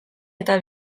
eta